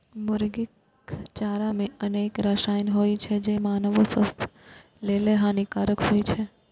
मुर्गीक चारा मे अनेक रसायन होइ छै, जे मानवो स्वास्थ्य लेल हानिकारक होइ छै